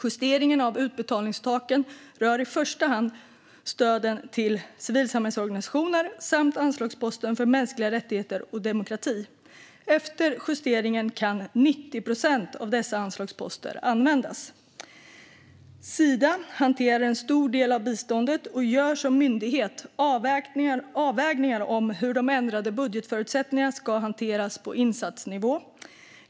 Justeringen av utbetalningstaken rör i första hand stöden till civilsamhällesorganisationer samt anslagsposten för mänskliga rättigheter och demokrati. Efter justeringen kan 90 procent av dessa anslagsposter användas. Sida hanterar en stor del av biståndet och gör som myndighet avvägningar om hur de ändrade budgetförutsättningarna ska hanteras på insatsnivå.